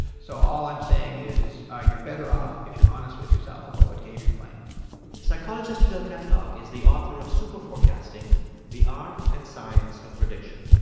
so all i'm saying is ah you're better off if you're honest with yourself about what game you're playing psychologist phil tetlock is the author of superforecasting the art and science of prediction.